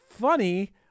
funny